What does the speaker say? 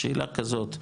השאלה כזאת,